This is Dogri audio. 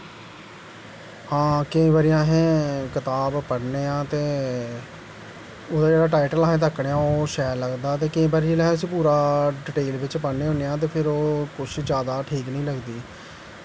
हां केईं बारी असें कताब पढ़ने आं ते ओह्दा जेह्ड़ा अस टाईटल तक्कने आं शैल लगदा ते केईं बारी जिसलै अस पूरा डिटेल बिच्च पढ़ने होन्ने आं ते फिर ओह् कुछ जादा ठीक निं लगदी